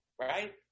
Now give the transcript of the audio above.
Right